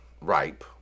ripe